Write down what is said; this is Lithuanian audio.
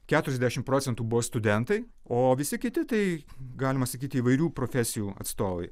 keturiasdešimt procentų buvo studentai o visi kiti tai galima sakyti įvairių profesijų atstovai